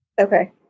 Okay